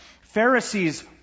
Pharisees